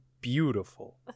beautiful